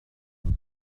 sets